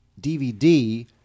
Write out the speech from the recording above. DVD